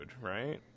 right